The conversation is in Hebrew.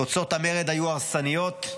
תוצאות המרד היו הרסניות,